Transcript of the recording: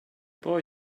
boy